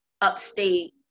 Upstate